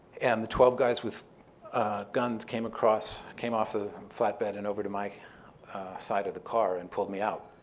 and the twelve guys with guns came across, came off the flatbed and over to my side of the car and pulled me out.